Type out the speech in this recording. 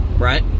Right